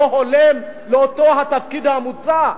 לא הולם את אותו התפקיד המוצע,